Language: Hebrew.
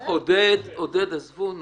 עודד, עזבו נו.